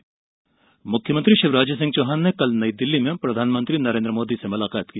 CM मुलाकात मुख्यमंत्री शिवराज सिंह चौहान ने कल नई दिल्ली में प्रधानमंत्री नरेन्द्र मोदी से मुलाकात की